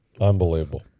unbelievable